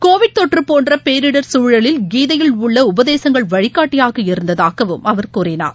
Covid தொற்று போன்ற பேரிடர் சூழலில் கீதையில் உள்ள உபதேசங்கள் வழிகாட்டியாக இருந்ததாகவும் அவர் கூறினார்